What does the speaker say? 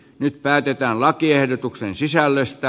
nyt päätetään lakiehdotuksen sisällöstä